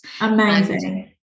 amazing